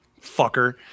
fucker